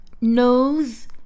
nose